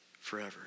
forever